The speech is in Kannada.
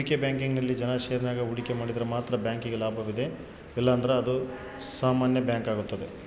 ಹೂಡಿಕೆ ಬ್ಯಾಂಕಿಂಗ್ನಲ್ಲಿ ಜನ ಷೇರಿನಾಗ ಹೂಡಿಕೆ ಮಾಡಿದರೆ ಮಾತ್ರ ಬ್ಯಾಂಕಿಗೆ ಲಾಭವಿದೆ ಇಲ್ಲಂದ್ರ ಇದು ಸಾಮಾನ್ಯ ಬ್ಯಾಂಕಾಗುತ್ತದೆ